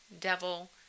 Devil